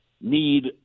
need